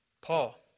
Paul